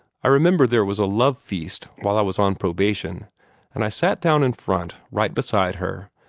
i remember there was a love-feast while i was on probation and i sat down in front, right beside her,